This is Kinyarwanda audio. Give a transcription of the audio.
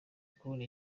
kubona